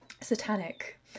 satanic